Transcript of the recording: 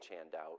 handout